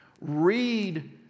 Read